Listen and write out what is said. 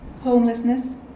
homelessness